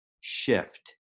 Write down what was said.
shift